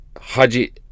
Haji